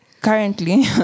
currently